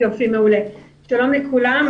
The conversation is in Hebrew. שלום לכולם,